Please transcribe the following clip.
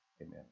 Amen